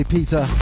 Peter